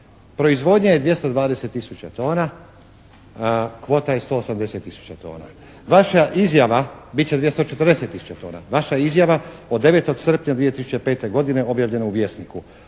Proizvodnja je 220 tisuća tona, kvota je 180 tisuća tona. Vaša izjava bit će 240 tona, vaša izjava od 9. srpnja 2005. godine objavljena u "Vjesniku".